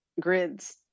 grids